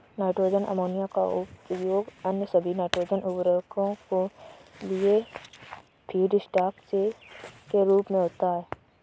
nitrogen ammonia का उपयोग अन्य सभी नाइट्रोजन उवर्रको के लिए फीडस्टॉक के रूप में होता है